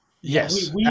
Yes